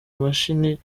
mashini